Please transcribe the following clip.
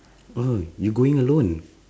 !huh! you going alone